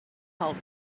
called